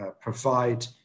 provide